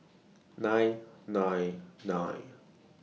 nine nine nine